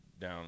down